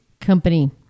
company